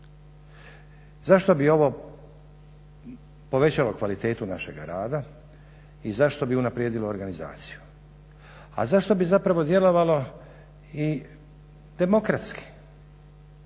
Zašto bi ovo povećalo kvalitetu našega rada i zašto bi unaprijedilo organizaciju? A zašto bi zapravo djelovalo i demokratski,